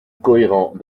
cohérent